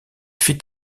fit